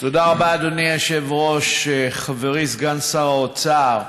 תודה רבה, אדוני היושב-ראש, חברי סגן שר האוצר,